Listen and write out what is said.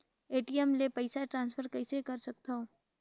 ATM ले पईसा transfer कइसे कर सकथव?